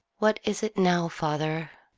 what is it now, father?